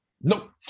no